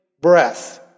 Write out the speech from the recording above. breath